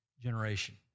generation